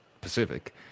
Pacific